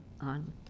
on